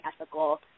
ethical